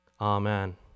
Amen